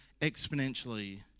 exponentially